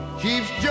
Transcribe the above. keeps